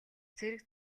цэрэг